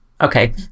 Okay